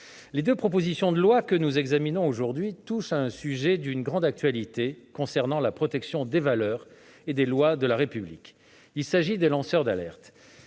les deux propositions de loi que nous examinons aujourd'hui portent sur un sujet d'une grande actualité concernant la protection des valeurs et des lois de la République : les lanceurs d'alerte.